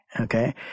Okay